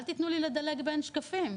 אל תתנו לי לדלג בין שקפים.